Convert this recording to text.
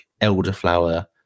elderflower